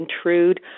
intrude